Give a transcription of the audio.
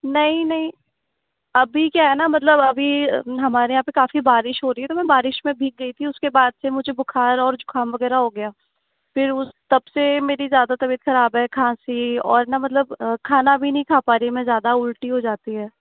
नहीं नहीं अभी क्या है न मतलब अभी हमारे यहाँ पर काफी बारिश हो रही है तो मैं बारिश में भीग गयी थी उसके बाद से मुझ बुखार और जुकाम वगैरह हो गया फिर तब से मेरी ज़्यादा तबीयत खराब है खाँसी और न मतलब खाना भी नहीं खा पा रही मैं ज़्यादा उल्टी हो जाती है